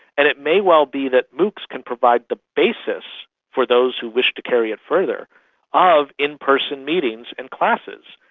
and it may well be that moocs can provide the basis for those who wish to carry it further of in-person meetings and classes.